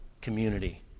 community